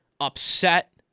upset